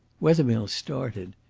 wethermill started.